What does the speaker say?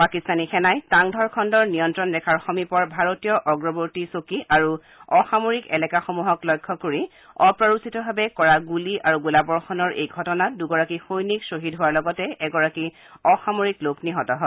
পাকিস্তানী সেনাই তাংধৰ খণ্ডৰ নিয়ন্ত্ৰণ ৰেখাৰ সমীপৰ ভাৰতীয় অগ্ৰগতি চকী আৰু অসামৰিক এলেকাসমূহক লক্ষ্য কৰি অপ্ৰৰোচিতভাৱে কৰা গুলী আৰু গোলাবৰ্ষণৰ এই ঘটনাত দুগৰাকী সৈনিক খ্বহীদ হোৱাৰ লগতে এগৰাকী অসামৰিক লোক নিহত হয়